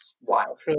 wild